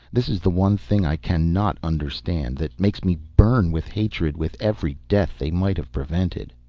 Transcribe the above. this is the one thing i cannot understand, that makes me burn with hatred with every death they might have prevented.